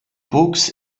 books